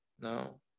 No